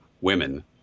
women